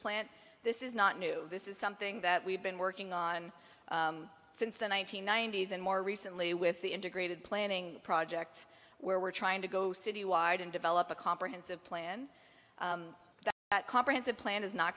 plant this is not new this is something that we've been working on since the one nine hundred ninety s and more recently with the integrated planning project where we're trying to go city wide and develop a comprehensive plan the comprehensive plan is not